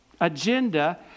agenda